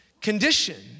condition